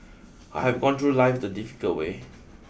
I have gone through life the difficult way